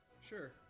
sure